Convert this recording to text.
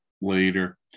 later